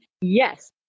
yes